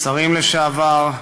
שרים לשעבר,